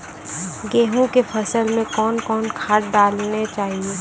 गेहूँ के फसल मे कौन कौन खाद डालने चाहिए?